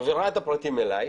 מעבירה את הפרטים אלייך,